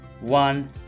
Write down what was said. one